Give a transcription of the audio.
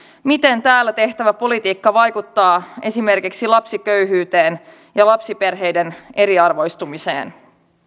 miten täällä tehtävä politiikka vaikuttaa esimerkiksi lapsiköyhyyteen ja lapsiperheiden eriarvoistumiseen